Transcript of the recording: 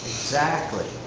exactly.